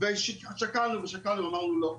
ושקלנו ואמרנו "לא,